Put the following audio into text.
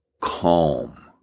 Calm